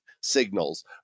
signals